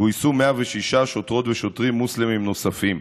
גויסו 106 שוטרות ושוטרים מוסלמים נוספים.